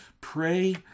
pray